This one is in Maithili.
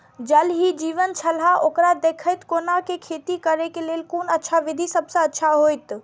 ज़ल ही जीवन छलाह ओकरा देखैत कोना के खेती करे के लेल कोन अच्छा विधि सबसँ अच्छा होयत?